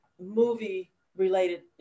movie-related